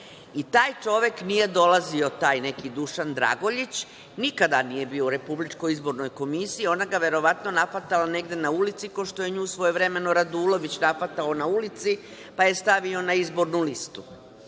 i taj čovek nije dolazio, taj neki Dušan Dragoljić, nikada nije bio u RIK, ona ga je verovatno nahvatala negde na ulici, kao što je nju svojevremeno Radulović nahvatao na ulici, pa je stavio na izbornu listu.